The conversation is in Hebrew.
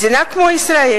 מדינה כמו ישראל,